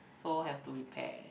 so have to repair